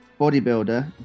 Bodybuilder